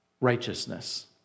righteousness